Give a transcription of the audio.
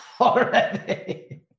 already